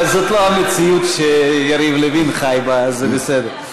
אבל זאת לא המציאות שיריב לוין חי בה, אז זה בסדר.